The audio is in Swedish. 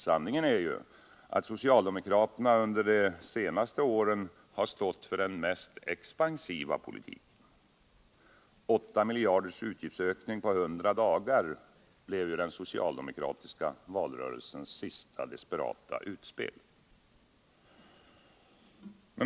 Sanningen är ju att socialdemokraterna under de senaste åren har stått för den mest expansiva politiken. Åtta miljarders utgiftsökning på 100 dagar blev ju den socialdemokratiska valrörelsens sista desperata utspel.